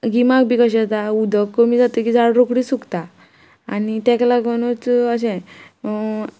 गिमाक बी कशें जाता उदक कमी जात की झाड रोखडी सुकता आनी ताका लागुनूच अशें